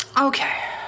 Okay